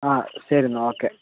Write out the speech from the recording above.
ആ ശരിയെന്നാൽ ഓക്കെ